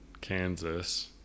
kansas